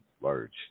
large